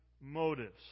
motives